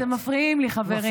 אתם מפריעים לי, חברים.